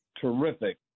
terrific